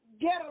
get